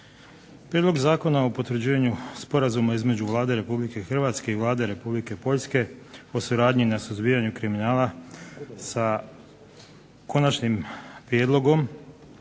obje ugovorene strane. Sporazum između Vlade Republike Hrvatske i Vlade Republike Poljske o suradnji na suzbijanju kriminala rezultat je zajedničke